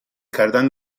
کردن